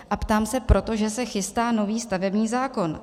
A ptám se proto, že se chystá nový stavební zákon.